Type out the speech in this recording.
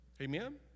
amen